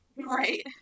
Right